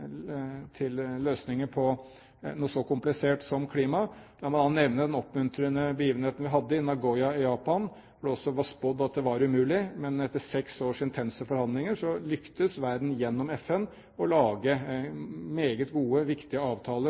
til løsninger på noe så komplisert som klima. La meg da nevne den oppmuntrende begivenheten i Nagoya i Japan, hvor det også var spådd at det var umulig. Men etter seks års intense forhandlinger lyktes verden gjennom FN å lage meget gode, viktige avtaler